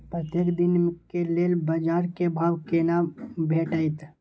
प्रत्येक दिन के लेल बाजार क भाव केना भेटैत?